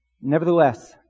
Nevertheless